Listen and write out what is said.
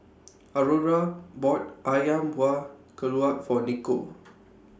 Aurora bought Ayam Buah Keluak For Nikko